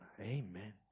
Amen